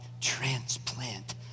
transplant